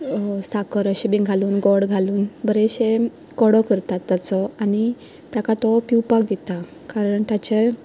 साखर बी अशें घालून गोड घालून बरेंशें कडो करता ताचो आनी ताका तो पिवपा दिता कारण ताचे